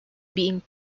being